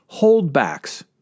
holdbacks